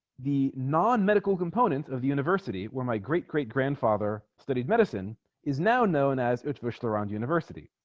the non-medical component of the university where my great-great-grandfather studied medicine is now known as official around university